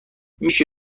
میشه